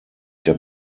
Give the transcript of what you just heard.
der